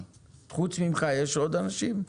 חוץ ממך יש עוד אנשים?